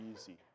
easy